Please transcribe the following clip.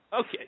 Okay